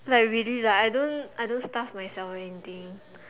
like really like I don't I don't starve myself or anything